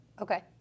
Okay